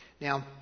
Now